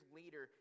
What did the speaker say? later